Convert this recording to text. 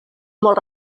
molt